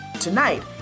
Tonight